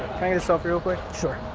i get a selfie real quick? sure.